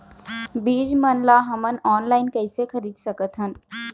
बीज मन ला हमन ऑनलाइन कइसे खरीद सकथन?